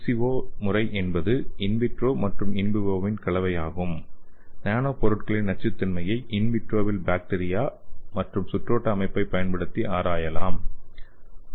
X vivo முறை என்பது in vitro மற்றும் இன் வைவோவின் கலவையாகும் நானோ பொருட்களின் நச்சுத்தன்மையை இன் விட்ரோவில் பாக்டீரியா மற்றும் சுற்றோட்ட அமைப்பைப் பயன்படுத்தி ஆராயலாம்